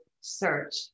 search